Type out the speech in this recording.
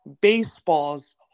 baseball's